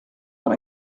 dans